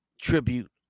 tribute